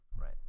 Right